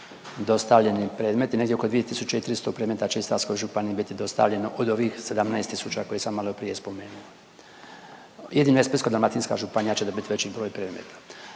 dostavljeni predmeti, negdje oko 2.300 predmeta će Istarskoj županiji biti dostavljeno od ovih 17 tisuća koje sam maloprije spomenuo. Jedino Splitsko-dalmatinska županija će dobiti veći broj predmeta.